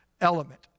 element